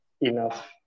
enough